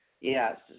Yes